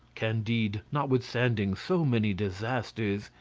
candide, notwithstanding so many disasters,